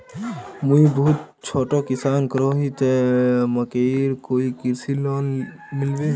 मुई बहुत छोटो किसान करोही ते मकईर कोई कृषि लोन मिलबे?